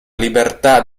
libertà